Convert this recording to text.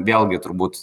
vėlgi turbūt